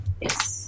yes